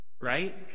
right